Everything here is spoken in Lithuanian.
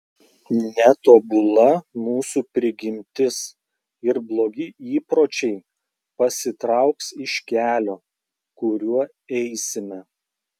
netobula mūsų prigimtis ir blogi įpročiai pasitrauks iš kelio kuriuo eisime